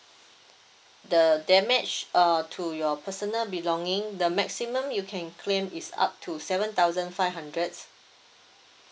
the damage uh to your personal belonging the maximum you can claim is up to seven thousand five hundred